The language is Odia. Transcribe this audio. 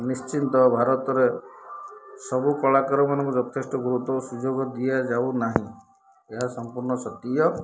ନିଶ୍ଚିନ୍ତ ଭାରତରେ ସବୁ କଳାକାରମାନଙ୍କୁ ଯଥେଷ୍ଟ ଗୁରୁତ୍ୱ ସୁଯୋଗ ଦିଆଯାଉନାହିଁ ଏହା ସମ୍ପୂର୍ଣ୍ଣ ସତୀୟ